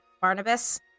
Barnabas